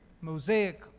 Mosaic